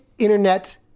internet